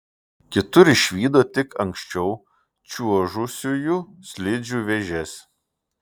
kitur išvydo tik anksčiau čiuožusiųjų slidžių vėžes